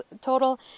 total